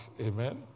amen